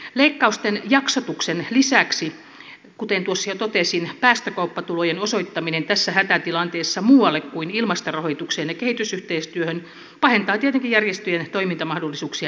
leikkausten jaksotuksen lisäksi kuten tuossa jo totesin päästökauppatulojen osoittaminen tässä hätätilanteessa muualle kuin ilmastorahoitukseen ja kehitysyhteistyöhön pahentaa tietenkin järjestöjen toimintamahdollisuuksia edelleen